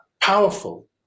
powerful